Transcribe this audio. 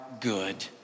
good